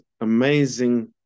amazing